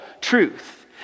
truth